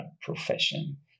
profession